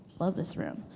love this room.